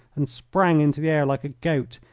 and sprang into the air like a goat,